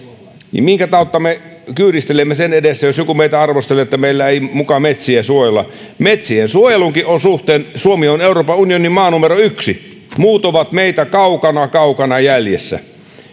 minkä tautta me kyyristelemme sen edessä jos joku meitä arvostelee että meillä ei muka metsiä suojella metsiensuojelunkin suhteen suomi on euroopan unionin maa numero yksi muut ovat meistä kaukana kaukana jäljessä